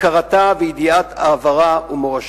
הכרתה וידיעת עברה ומורשתה.